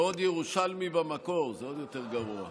ועוד ירושלמי במקור, זה עוד יותר גרוע.